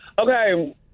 Okay